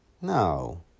No